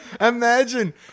Imagine